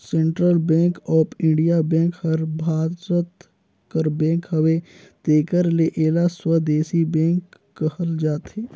central bank of India bank हर भारत कर bank हवे तेकर ले एला स्वदेसी बेंक कहल जाथे